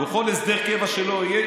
בכל הסדר קבע שלא יהיה,